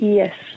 yes